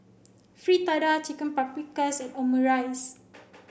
Fritada Chicken Paprikas and Omurice